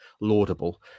laudable